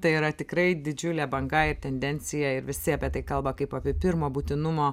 tai yra tikrai didžiulė banga ir tendencija ir visi apie tai kalba kaip apie pirmo būtinumo